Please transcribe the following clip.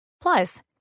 Plus